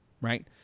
right